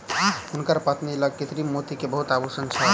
हुनकर पत्नी लग कृत्रिम मोती के बहुत आभूषण छल